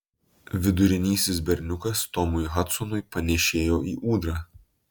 vidurinysis berniukas tomui hadsonui panėšėjo į ūdrą